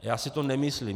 Já si to nemyslím.